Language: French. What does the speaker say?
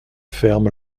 ferme